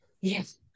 Yes